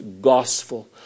gospel